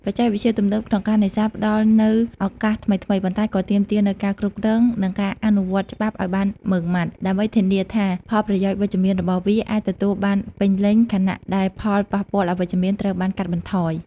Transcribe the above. បច្ចេកវិទ្យាទំនើបក្នុងការនេសាទផ្តល់នូវឱកាសថ្មីៗ ប៉ុន្តែក៏ទាមទារនូវការគ្រប់គ្រង និងការអនុវត្តច្បាប់ឲ្យបានម៉ឺងម៉ាត់ ដើម្បីធានាថាផលប្រយោជន៍វិជ្ជមានរបស់វាអាចទទួលបានពេញលេញ ខណៈដែលផលប៉ះពាល់អវិជ្ជមានត្រូវបានកាត់បន្ថយ។